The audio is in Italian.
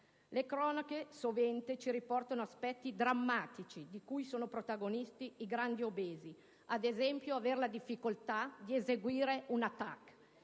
Le cronache sovente ci riportano aspetti drammatici di cui sono protagonisti i grandi obesi, ad esempio la difficoltà di eseguire una